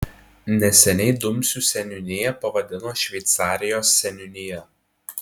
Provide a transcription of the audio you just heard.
neseniai dumsių seniūniją pavadino šveicarijos seniūnija